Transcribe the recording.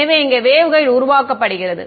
எனவே இங்கே வேவ்கைடு உருவாக்கப்படுகிறது